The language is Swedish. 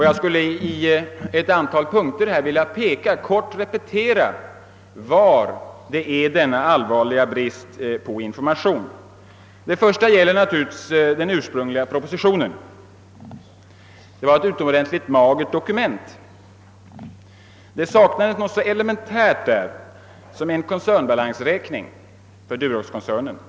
Jag skall i några punkter peka på var de allvarliga bristerna i informationen legat. 1. Den ursprungliga propositionen om förvärvet av Durox var ett utomordentligt magert dokument. Där saknades något så elementärt som en koncernbalansräkning.